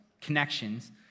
connections